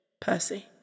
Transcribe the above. Percy